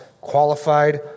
qualified